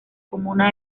comuna